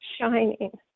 shining